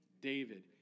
David